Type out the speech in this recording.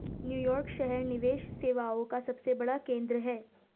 New York शहर निवेश सेवाओं का सबसे बड़ा केंद्र है